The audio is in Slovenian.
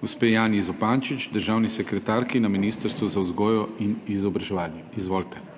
gospe Janji Zupančič, državni sekretarki na Ministrstvu za vzgojo in izobraževanje. Izvolite.